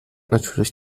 natürlich